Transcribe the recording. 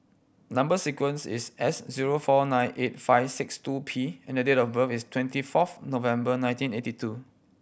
number sequence is S zero four nine eight five six two P and the date of birth is twenty fourth November nineteen eighty two